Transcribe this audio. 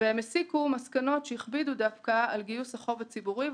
והן הסיקו מסקנות שהכבידו דווקא על גיוס החוב הציבורי.